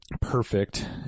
perfect